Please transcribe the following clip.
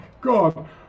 God